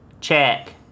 Check